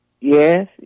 Yes